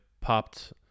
popped